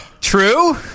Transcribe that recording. True